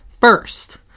First